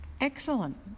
Excellent